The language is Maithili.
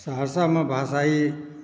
सहरसामे भाषायी